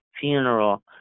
funeral